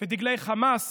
ודגלי חמאס